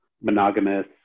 monogamous